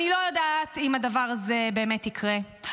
אני לא יודעת אם הדבר הזה באמת יקרה,